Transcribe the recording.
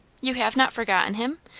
you have not forgotten him?